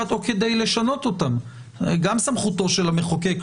ואם כדי לשנות אותם זו זכותו כמובן.